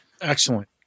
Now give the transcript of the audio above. Excellent